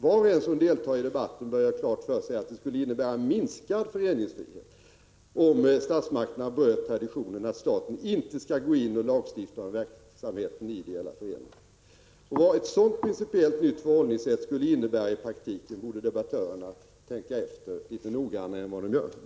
Var och en som deltar i debatten bör emellertid ha klart för sig att föreningsfriheten skulle minska om statsmakten bröt traditionen att staten inte skall gå in och lagstifta om verksamheten i ideella föreningar. Debattörerna borde litet noggrannare än vad de gör fundera på vad ett sådant principiellt nytt förhållningssätt skulle innebära i praktiken.